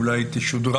אולי היא תשודרג,